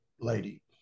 lady